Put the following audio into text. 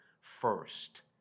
first